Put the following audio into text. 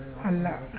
ಅಲ್ಲ